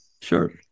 sure